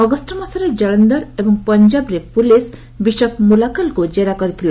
ଅଗଷ୍ଟମାସରେ ଜଳନ୍ଦର ଏବଂ ପଞ୍ଜାବରେ police bishop ମୁଲାକଲଙ୍କୁ ଜେରା କରିଥିଲା